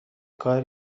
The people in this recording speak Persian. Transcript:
کار